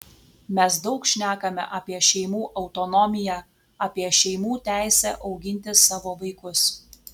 mes daug šnekame apie šeimų autonomiją apie šeimų teisę auginti savo vaikus